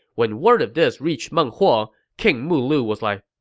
when word of this reached meng huo, king mulu was like,